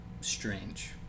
strange